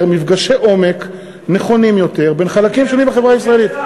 מפגשי עומק נכונים יותר בין חלקים שונים בחברה הישראלית.